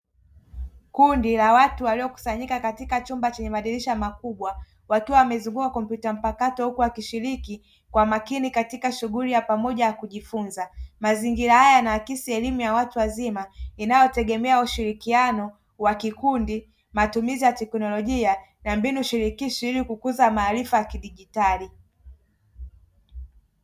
Kundi la watu waliokusanyika katika chumba chenye madirisha makubwa wakiwa wamezuguka kompyuta mpakato huku wakishiriki kwa makini katika shughuli ya pamoja ya kujifunza, mazingira haya yanaakisi elimu ya watu wazima inayotegemea ushirikiano wa kikundi matumizi ya teknolojia na mbinu shirikishi ili kukuza maarifa ya kidijitali.